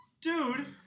dude